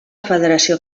federació